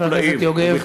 חבר הכנסת יוגב,